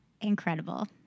incredible